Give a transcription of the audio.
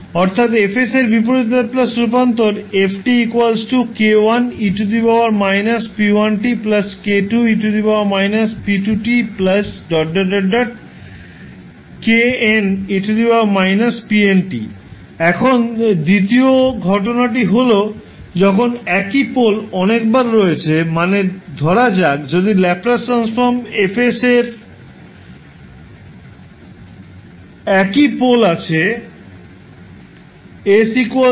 অর্থাৎ Fএর বিপরীত ল্যাপ্লাস রূপান্তর এখন দ্বিতীয় ঘটনাটি হল যখন একই পোল অনেকবার রয়েছে মানে ধরা যাক যদি ল্যাপ্লাস ট্রান্সফর্ম F এর একই পোল আছে s p এ